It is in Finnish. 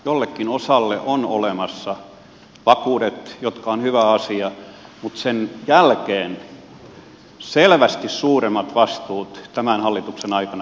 jollekin osalle on olemassa vakuudet jotka ovat hyvä asia mutta sen jälkeen selvästi suuremmat vastuut tämän hallituksen aikana kuin edellisen